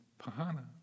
pahana